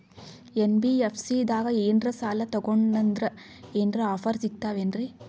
NBFC ದಾಗ ಏನ್ರ ಸಾಲ ತೊಗೊಂಡ್ನಂದರ ಏನರ ಆಫರ್ ಸಿಗ್ತಾವೇನ್ರಿ?